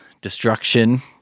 destruction